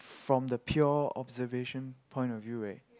from the pure observation point of view right